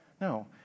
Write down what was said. No